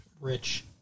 Rich